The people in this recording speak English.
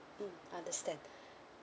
mm understand